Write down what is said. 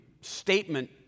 statement